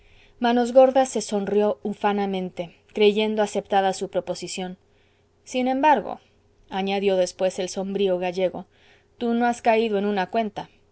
tigre manos gordas se sonrió ufanamente creyendo aceptada su proposición sin embargo añadió después el sombrío gallego tú no has caído en una cuenta